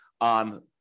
on